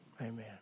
Amen